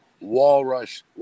walrus